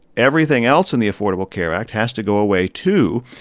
everything else in the affordable care act has to go away, too,